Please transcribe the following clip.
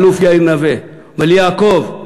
האלוף יאיר נוה: יעקב,